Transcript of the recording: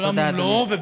עולם ומלואו,